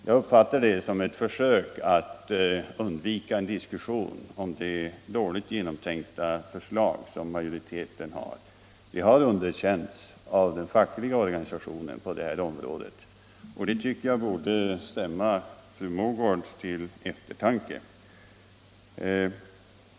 Jag uppfattar det som ett försök att undvika en diskussion om det dåligt genomtänkta förslag som majoriteten har avgett. Det har underkänts av den fackliga organisationen på det här området, och det tycker jag borde stämma fru Mogård till eftertanke.